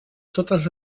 totes